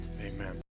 Amen